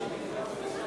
הכנסת,